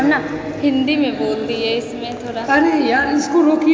हम ना हिन्दीमे बोल दिए इसमे थोड़ा अरे यार इसको रोकिए